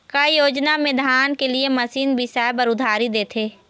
का योजना मे धान के लिए मशीन बिसाए बर उधारी देथे?